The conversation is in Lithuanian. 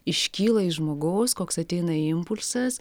iškyla iš žmogaus koks ateina impulsas